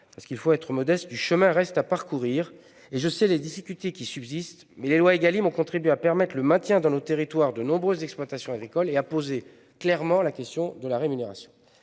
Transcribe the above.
Naturellement, soyons modestes, du chemin reste à parcourir et je sais les difficultés qui subsistent, mais les lois Égalim ont contribué au maintien dans nos territoires de nombreuses exploitations agricoles et ont posé clairement la question de la rémunération